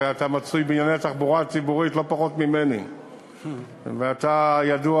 הרי אתה מצוי בענייני התחבורה הציבורית לא פחות ממני ואתה יודע,